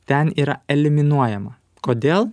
ten yra eliminuojama kodėl